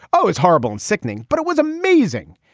oh it's horrible and sickening but it was amazing.